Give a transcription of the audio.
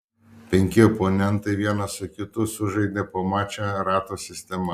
penki oponentai vienas su kitu sužaidė po mačą rato sistema